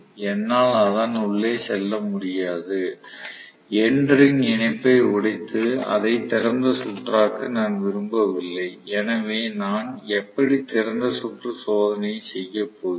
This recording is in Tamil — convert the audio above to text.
என்னால் அதன் உள்ளே செல்ல முடியாது எண்டு ரிங் இணைப்பை உடைத்து அதை திறந்த சுற்றாக்க நான் விரும்பவில்லை எனவே நான் எப்படி திறந்த சுற்று சோதனையை செய்யப் போகிறேன்